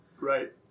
Right